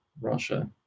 Russia